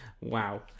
Wow